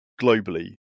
globally